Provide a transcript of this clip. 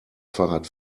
fahrrad